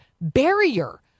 barrier